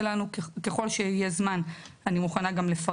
בבקשה.